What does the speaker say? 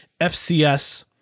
FCS